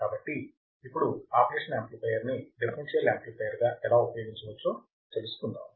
కాబట్టి ఇప్పుడు operational amplifier ని డిఫరెన్షియల్ యాంప్లిఫైయర్ గా ఎలా ఉపయోగించవచ్చో తెలుసుకుందాము